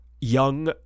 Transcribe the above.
young